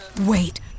Wait